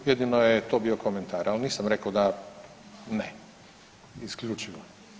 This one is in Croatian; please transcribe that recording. Jedino je to bio komentar ali nisam rekao da ne isključivo.